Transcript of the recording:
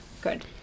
good